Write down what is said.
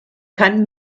kann